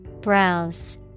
browse